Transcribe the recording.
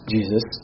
Jesus